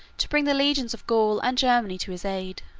to bring the legions of gaul and germany to his aid.